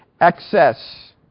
excess